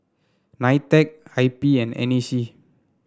Nitec I P and N A C